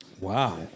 Wow